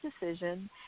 decision